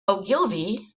ogilvy